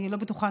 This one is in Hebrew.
אני לא בטוחה,